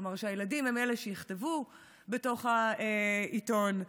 כלומר שהילדים הם שיכתבו בתוך העיתון,